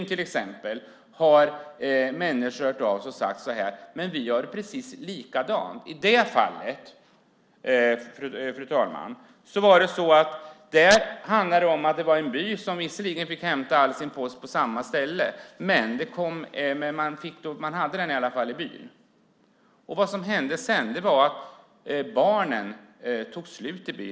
Till exempel från Älvsbyn har människor hört av sig och sagt: Men vi har det precis likadant! I det fallet, fru talman, handlar det om en by där man visserligen fick hämta alla sin post på samma ställe, men posten kom i alla fall till byn. Vad som sedan hände var att barnen tog slut i byn.